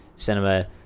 cinema